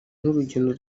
n’urugendo